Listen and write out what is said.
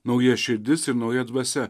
nauja širdis ir nauja dvasia